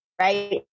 right